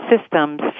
systems